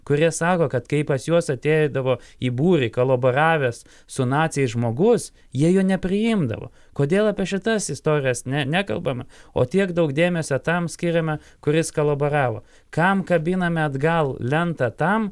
kurie sako kad kai pas juos ateidavo į būrį kolaboravęs su naciais žmogus jie jo nepriimdavo kodėl apie šitas istorijas nekalbama o tiek daug dėmesio tam skiriame kuris kolaboravo kam kabiname atgal lentą tam